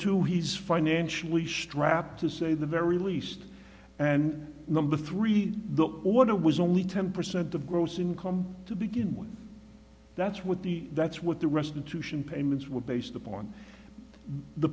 two he's financially strapped to say the very least and number three the order was only ten percent of gross income to begin with that's what the that's what the restitution payments were based upon the